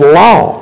law